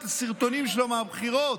את הסרטונים שלו מהבחירות.